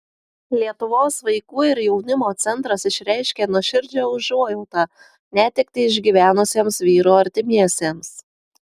lietuvos vaikų ir jaunimo centras išreiškė nuoširdžią užuojautą netektį išgyvenusiems vyro artimiesiems